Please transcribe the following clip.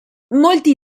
molti